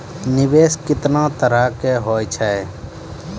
निवेश केतना तरह के होय छै?